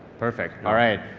perfect, alright.